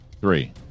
three